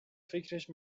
فکرش